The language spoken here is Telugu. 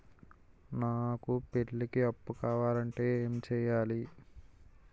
నాకు పెళ్లికి అప్పు కావాలంటే ఏం చేయాలి?